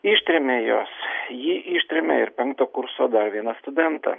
ištrėmė juos jį ištrėmė ir penkto kurso dar vieną studentą